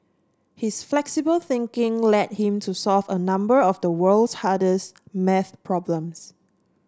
his flexible thinking led him to solve a number of the world's hardest maths problems